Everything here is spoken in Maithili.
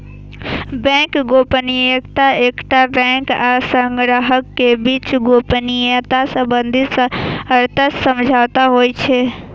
बैंक गोपनीयता एकटा बैंक आ ग्राहक के बीच गोपनीयता संबंधी सशर्त समझौता होइ छै